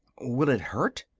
will it hurt?